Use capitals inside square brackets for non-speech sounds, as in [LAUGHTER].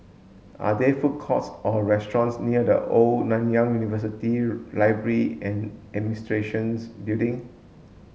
are there food courts or restaurants near The Old Nanyang University [UNINTELLIGIBLE] Library and Administrations Building